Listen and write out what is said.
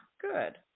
good